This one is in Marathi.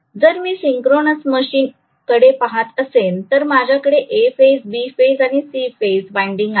जर मी सिंक्रोनस मशीन कडे पाहात असेनतर माझ्याकडे A फेज B फेज आणि C फेज वाइंडिंग आहेत